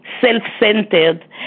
self-centered